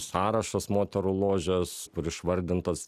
sąrašas moterų ložės kur išvardintos